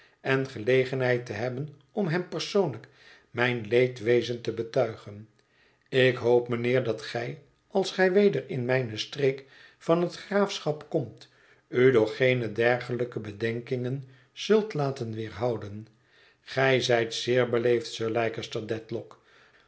en gelegenheid te hebben om hem persoonlijk mijn leedwezen te betuigen ik hoop mijnheer dat gij als gij weder in mijne streek van het graafschap komt u door geene dergelijke bedenkingen zult laten weerhouden gij zijt zeer beleefd sir